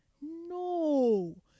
No